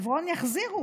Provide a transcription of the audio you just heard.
את חברון יחזירו.